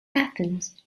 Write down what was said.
athens